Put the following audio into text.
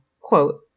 quote